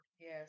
Yes